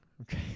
Okay